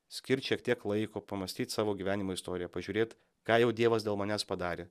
skirt šiek tiek laiko pamąstyt savo gyvenimo istoriją pažiūrėt ką jau dievas dėl manęs padarė